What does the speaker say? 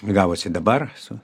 gavosi dabar su